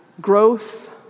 growth